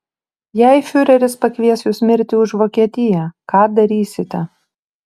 jei fiureris pakvies jus mirti už vokietiją ką darysite